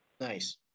Nice